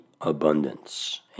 abundance